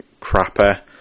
crapper